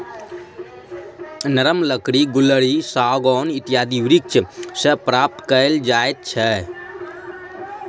नरम लकड़ी गुल्लरि, सागौन इत्यादि वृक्ष सॅ प्राप्त कयल जाइत अछि